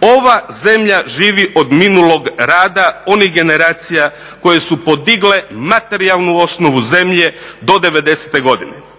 Ova zemlja živi od minulog rada onih generacija koje su podigle materijalnu osnovu zemlje do '90. godine.